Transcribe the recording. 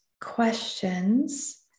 questions